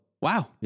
Wow